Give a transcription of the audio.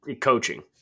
coaching